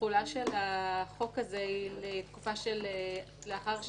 התחולה של החוק הזה היא לתקופה שלאחר שנתיים.